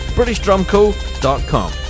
BritishDrumCo.com